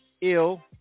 ill